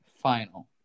final